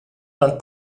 aunc